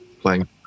playing